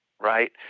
right